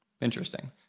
Interesting